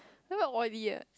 then very oily eh